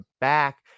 back